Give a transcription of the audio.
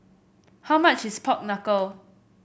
how much is Pork Knuckle